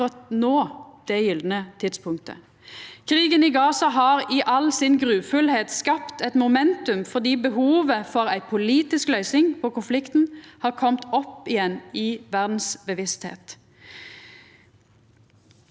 er akkurat no det gylne tidspunktet. Krigen i Gaza har i all sin gru skapt eit momentum fordi behovet for ei politisk løysing på konflikten har kome opp igjen i verdas bevisstheit.